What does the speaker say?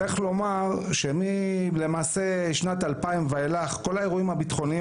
צריך לומר שמשנת 2000 ואילך כל האירועים הביטחוניים